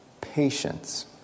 patience